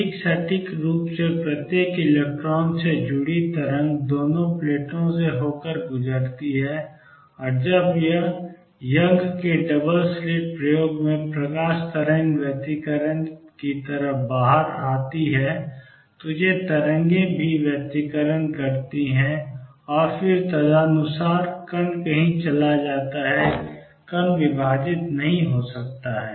अधिक सटीक रूप से प्रत्येक इलेक्ट्रॉन से जुड़ी तरंग दोनों प्लेटों से होकर गुजरती है और जब यह यंग के डबल स्लिट प्रयोग में प्रकाश तरंग व्यतिकरण की तरह बाहर आती है तो ये तरंगें भी व्यतिकरण करती हैं और फिर तदनुसार कण कहीं चला जाता है कण विभाजित नहीं हो सकता है